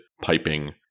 piping